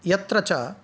यत्र च